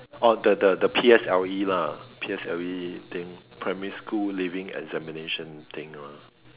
orh the the P_S_L_E lah P_S_L_E thing primary school leaving examination thing lah